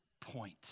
point